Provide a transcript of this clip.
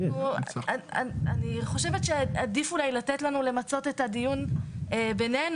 אני חושבת שעדיף אולי לתת לנו למצות את הדיון בינינו,